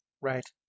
Right